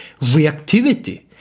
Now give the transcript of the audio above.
reactivity